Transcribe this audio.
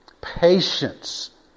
Patience